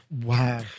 wow